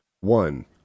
One